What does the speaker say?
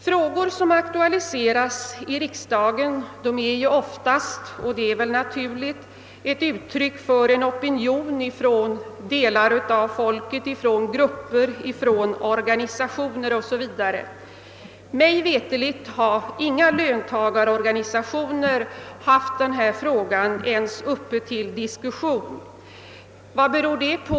Frågor som aktualiseras i riksdagen är oftast — och det är väl naturligt — uttryck för en opinion hos delar av folket, hos grupper, hos organisationer 0. s. v. Mig veterligt har inga löntagarorganisationer haft denna fråga ens uppe till diskussion. Vad beror det på?